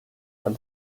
and